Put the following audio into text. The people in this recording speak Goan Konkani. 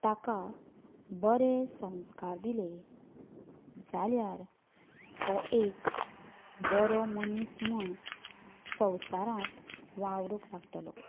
ताका बरे संस्कार दिले जाल्यार तो एक बरो मनीस म्हूण संवसारांत वावरूंक लागतलो